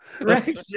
right